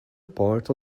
apart